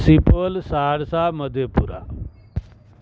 Supaul Saharsa Madhepura